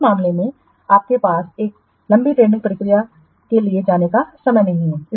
तो इस मामले में आपके पास इस लंबी टेंडरिंग प्रक्रिया के लिए जाने का समय नहीं है